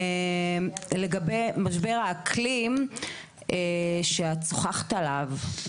לגבי משבר האקלים שאת שוחחת עליו,